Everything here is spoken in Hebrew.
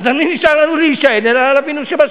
אז על מי נשאר לנו להישען אם לא על אבינו שבשמים?